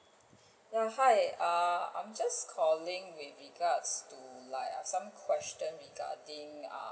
ya hi err I'm just calling with regards to like err some question regarding err